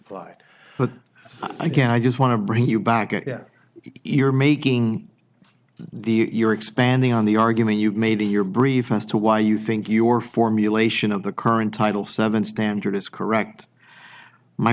but again i just want to bring you back at that you're making the you're expanding on the argument you've made in your brief as to why you think your formulation of the current title seven standard is correct my